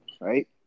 right